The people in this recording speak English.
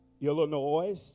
Illinois